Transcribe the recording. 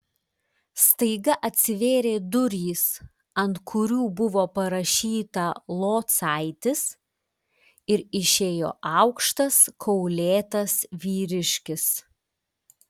staiga atsivėrė durys ant kurių buvo parašyta locaitis ir išėjo aukštas kaulėtas vyriškis